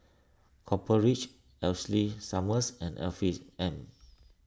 Copper Ridge Ashley Summers and Afiq M